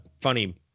funny